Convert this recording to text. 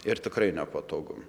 ir tikrai nepatogu